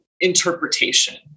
interpretation